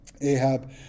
ahab